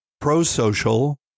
pro-social